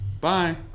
Bye